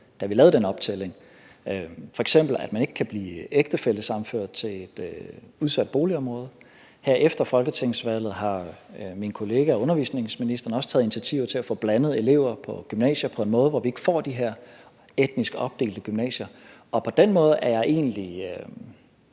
da vi lavede den optælling, f.eks. at man ikke kan blive ægtefællesammenført til et udsat boligområde. Her efter folketingsvalget har min kollega undervisningsministeren også taget initiativer til at få blandet eleverne på gymnasierne på en måde, så vi ikke får de her etnisk opdelte gymnasier. På den måde er jeg egentlig